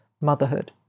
motherhood